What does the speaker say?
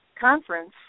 conference